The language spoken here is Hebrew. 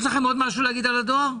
יש לכם עוד משהו להגיד על הדואר?